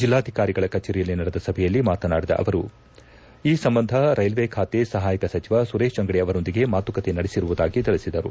ಜಿಲ್ಲಾಧಿಕಾರಿಗಳ ಕಚೇರಿಯಲ್ಲಿ ನಡೆದ ಸಭೆಯಲ್ಲಿ ಮಾತನಾಡಿದ ಅವರು ಈ ಸಂಬಂಧ ರೈಲ್ವೆ ಖಾತೆ ಸಹಾಯಕ ಸಚಿವ ಸುರೇಶ್ ಅಂಗಡಿ ಅವರೊಂದಿಗೆ ಮಾತುಕತೆ ನಡೆಸಿರುವುದಾಗಿ ತಿಳಿಸಿದರು